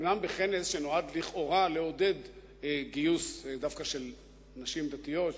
אומנם בכנס שנועד לכאורה לעודד גיוס של נשים דתיות,